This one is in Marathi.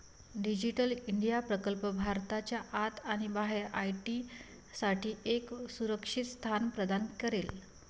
डिजिटल इंडिया प्रकल्प भारताच्या आत आणि बाहेर आय.टी साठी एक सुरक्षित स्थान प्रदान करेल